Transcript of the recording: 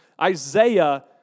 Isaiah